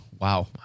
Wow